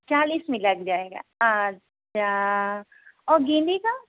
चालिस में लग जाएगा अच्छा और गेंदे का